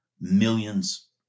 millions